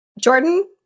Jordan